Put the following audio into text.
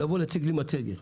להציג לי מצגת.